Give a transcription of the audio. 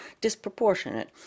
disproportionate